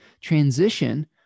transition